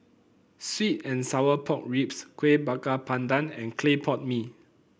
sweet and Sour Pork Ribs Kueh Bakar Pandan and Clay Pot Mee